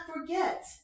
forget